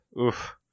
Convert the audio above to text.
Oof